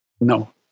No